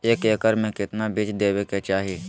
एक एकड़ मे केतना बीज देवे के चाहि?